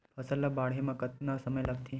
फसल ला बाढ़े मा कतना समय लगथे?